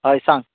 हय सांग